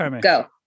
Go